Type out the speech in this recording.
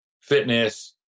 fitness